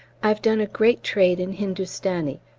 i've done a great trade in hindustani,